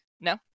no